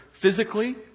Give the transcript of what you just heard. physically